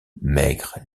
maigre